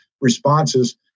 responses